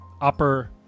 upper